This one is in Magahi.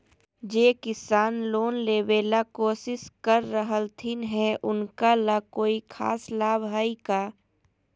जे किसान लोन लेबे ला कोसिस कर रहलथिन हे उनका ला कोई खास लाभ हइ का?